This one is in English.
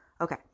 okay